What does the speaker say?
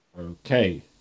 okay